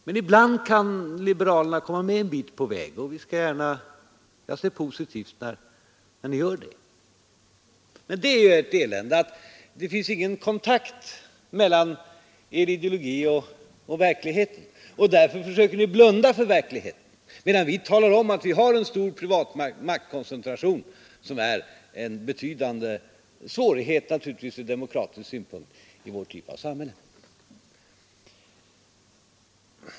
Men ibland kan liberalerna komma med en bit på vägen, och jag ser det som positivt när ni gör det. Men det är ju ett elände att det inte finns någon kontakt mellan er ideologi och verkligheten. Därför försöker ni blunda för verkligheten, medan vi talar om att vi har en stor privat maktkoncentration, som naturligtvis är en betydande svårighet ur demokratisk synpunkt i vår typ av samhälle.